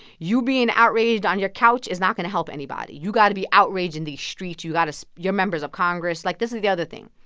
you being outraged on your couch is not going to help anybody. you got to be outraged in these streets you got to so your members of congress. like, this is the other thing.